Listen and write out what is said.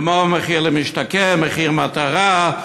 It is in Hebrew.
כמו מחיר למשתכן ומחיר מטרה,